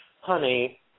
honey